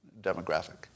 demographic